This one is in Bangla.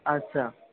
আচ্ছা